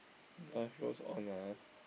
life goes on ah